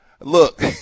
Look